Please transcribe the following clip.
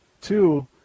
Two